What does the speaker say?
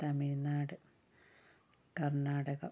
Tamil Nadu Karnataka